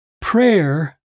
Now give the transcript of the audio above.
prayer